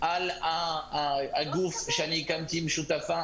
על הגוף שאני הקמתי עם שותפה,